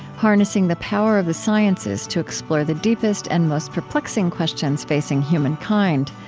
harnessing the power of the sciences to explore the deepest and most perplexing questions facing human kind.